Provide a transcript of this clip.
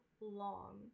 long